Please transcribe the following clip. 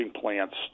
plants